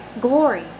glory